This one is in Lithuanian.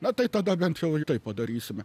na tai tada bent jau tai padarysim